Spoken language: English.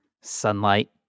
Sunlight